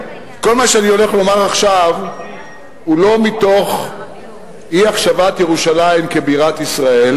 כל מה שאני הולך לומר עכשיו הוא לא מתוך אי-החשבת ירושלים כבירת ישראל,